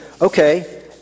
okay